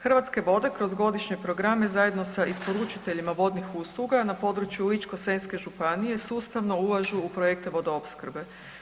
Hrvatske vode kroz godišnje programe zajedno sa isporučiteljima vodnih usluga na području Ličko-senjske županije sustavno ulažu u projekte vodoopskrbe.